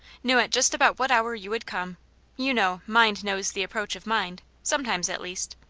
knew at just about what hour you would come you know mind knows the approach of mind, sometimes, at least.